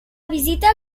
visita